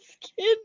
skin